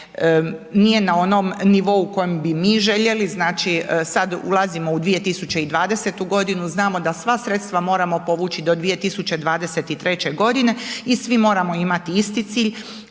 nije na onom nivou u kojem bi mi željeli, znači sada ulazimo u 2020. godinu znamo da sva sredstva moramo povući do 2023. godine i svi moramo imati isti cilj.